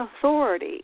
authority